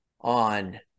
on